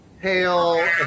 hail